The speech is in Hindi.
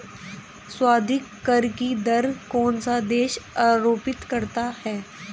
सर्वाधिक कर की दर कौन सा देश आरोपित करता है?